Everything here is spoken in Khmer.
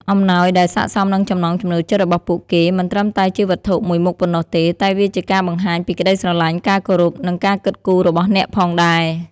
អំណោយដែលស័ក្តិសមនឹងចំណង់ចំណូលចិត្តរបស់ពួកគេ មិនត្រឹមតែជាវត្ថុមួយមុខប៉ុណ្ណោះទេ តែវាជាការបង្ហាញពីក្តីស្រឡាញ់ ការគោរព និងការគិតគូររបស់អ្នកផងដែរ។